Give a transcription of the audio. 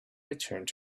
returned